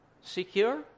secure